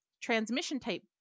transmission-type